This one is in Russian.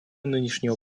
нынешнего